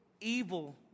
evil